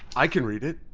i can read it!